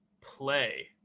play